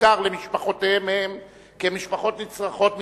בעיקר למשפחותיהם-הם כמשפחות נצרכות מטעמם,